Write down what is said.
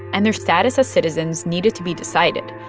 and their status as citizens needed to be decided.